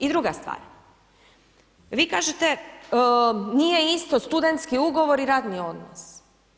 I druga stvar, vi kažete nije isto studentski ugovor i radni odnos.